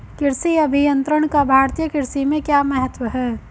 कृषि अभियंत्रण का भारतीय कृषि में क्या महत्व है?